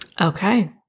Okay